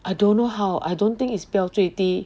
I don't know how I don't think is 标最低